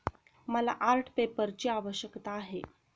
मला आर्ट पेपरची आवश्यकता आहे